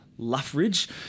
Luffridge